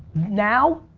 now,